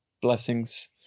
blessings